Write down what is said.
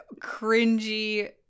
cringy